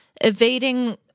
evading